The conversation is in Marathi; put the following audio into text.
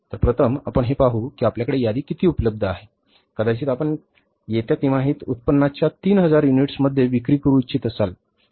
तर प्रथम आपण हे पाहू की आपल्याकडे यादी किती उपलब्ध आहे कदाचित आपण कदाचित येत्या तिमाहीत उत्पादनाच्या तीन हजार युनिट्समध्ये विक्री करू इच्छित असाल